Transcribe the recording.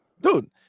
dude